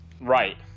Right